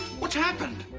what's happened?